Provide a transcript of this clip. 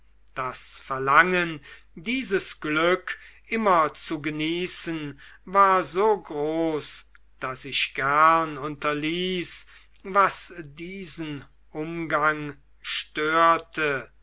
das verlangen dieses glück immer zu genießen war so groß daß ich gern unterließ was diesen umgang störte